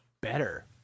better